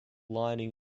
lining